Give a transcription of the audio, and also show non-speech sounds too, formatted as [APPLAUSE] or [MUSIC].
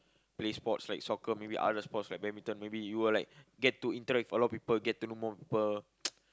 play sports like soccer maybe other sports like badminton maybe you will like get to interact with a lot of people get to know more people [NOISE]